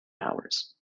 hours